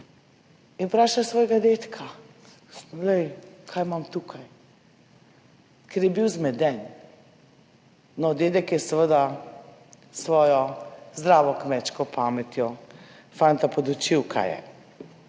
In vpraša svojega dedka, poglej, kaj imam tukaj, ker je bil zmeden. No, dedek je seveda s svojo zdravo kmečko pametjo fanta podučil, kaj je,